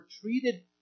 treated